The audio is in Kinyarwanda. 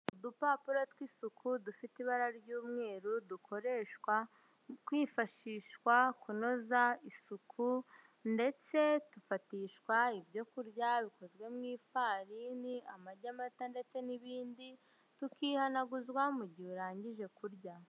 Udupapuro tw'isuku dufite ibara ry'umweru dukoreshwa twifashishwa kunoza isuku ndetse dufatishwa ibyokurya bikozwe mu ifarini, amagi, mata ndetse n'ibindi. Tukihanaguzwa mu gihe urangije kurya.